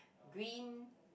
green